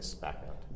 background